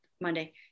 Monday